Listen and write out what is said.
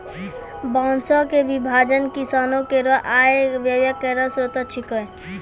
बांसों क विभाजन किसानो केरो आय व्यय केरो स्रोत छिकै